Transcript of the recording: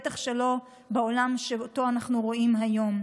בטח שלא בעולם שאותו אנחנו רואים היום.